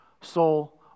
soul